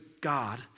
God